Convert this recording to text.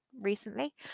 recently